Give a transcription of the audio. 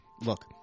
Look